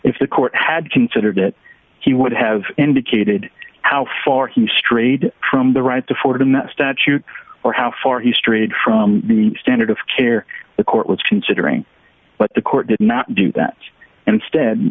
if the court had considered it he would have indicated how far he strayed from the right to forward in the statute or how far he strayed from the standard of care the court was considering but the court did not do that and instead